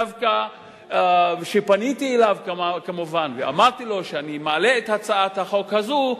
שדווקא פניתי אליו ואמרתי לו שאני מעלה את הצעת החוק הזאת,